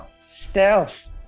stealth